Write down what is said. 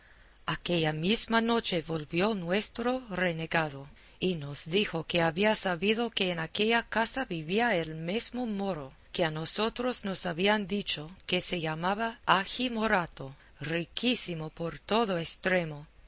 aquella misma noche volvió nuestro renegado y nos dijo que había sabido que en aquella casa vivía el mesmo moro que a nosotros nos habían dicho que se llamaba agi morato riquísimo por todo estremo